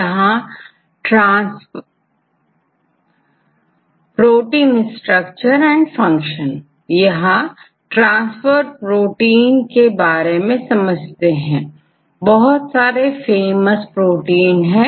यहां transfer protein के बारे में समझते हैं बहुत सारे फेमस प्रोटीन हैं